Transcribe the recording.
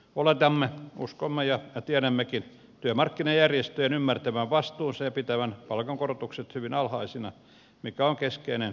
oletamme uskomme ja tiedämmekin työmarkkinajärjestöjen ymmärtävän vastuunsa ja pitävän palkankorotukset hyvin alhaisina mikä on keskeinen kasvun edellytys